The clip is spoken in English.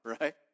right